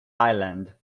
island